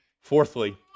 Fourthly